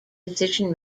decision